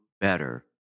better